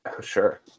Sure